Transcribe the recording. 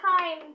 time